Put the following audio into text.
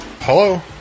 Hello